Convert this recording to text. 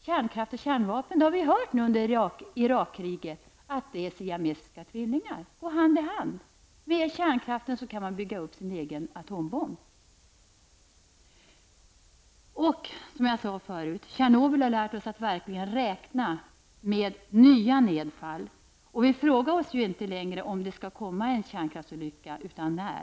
kärnkraft och kärnvapen är siamesiska tvillingar -- det har vi hört under Irakkriget. De går hand i hand. Med kärnkraften kan man bygga upp sin egen atombomb. Tjernobyl har, som jag tidigare sade, lärt oss att räkna med nya nedfall. Vi frågar oss ju inte längre om det skall inträffa en kärnkraftsolycka, utan när.